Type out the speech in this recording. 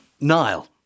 Nile